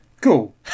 cool